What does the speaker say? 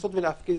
לנסות להפקיד.